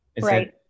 right